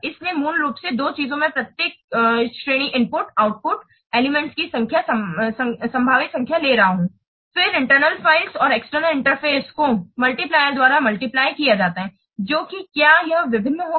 इसलिए मूल रूप से दो चीजें मैं प्रत्येक श्रेणी इनपुट आउटपुट एलिमेंट्स की संभावित संख्या ले रहा हूं फिर इंटरनल फ़ाइल और एक्सटर्नल इंटरफेस को मल्टीप्लायर द्वारा मल्टीप्लय किया जाता है जो कि क्या यह भिन्न होगा